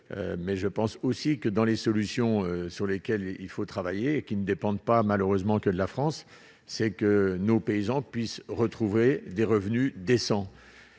mais je pense aussi que dans les solutions sur lesquelles il faut travailler et qui ne dépendent pas malheureusement que la France, c'est que nos paysans puissent retrouver des revenus décents